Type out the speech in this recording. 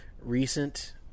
recent